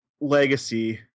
legacy